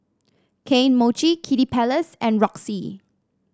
Kane Mochi Kiddy Palace and Roxy